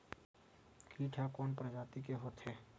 कीट ह कोन प्रजाति के होथे?